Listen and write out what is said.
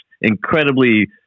incredibly